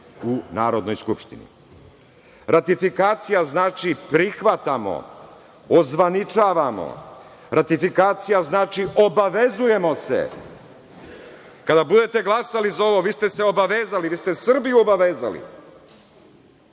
u Narodnoj skupštini. Ratifikacija znači prihvatamo, ozvaničavamo. Ratifikacija znači obavezujemo se. Kada budete glasali za ovo, vi ste se obavezali, vi ste Srbiju obavezali.